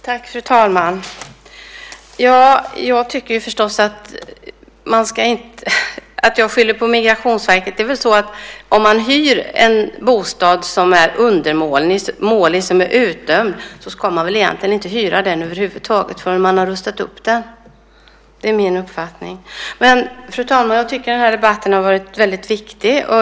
Fru talman! Barbro Holmberg säger att jag skyller på Migrationsverket. Om en bostad är undermålig eller utdömd ska man väl egentligen inte hyra den över huvud taget förrän man har rustat upp den. Det är min uppfattning. Men, fru talman, jag tycker att den här debatten har varit väldigt viktig.